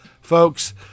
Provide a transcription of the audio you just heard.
Folks